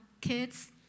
kids